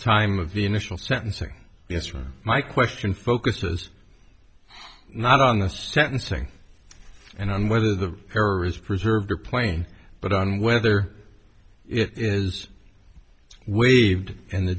time of the initial sentencing answer my question focused not on the sentencing and on whether the error is preserved or plain but on whether it is waived and the